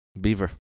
Beaver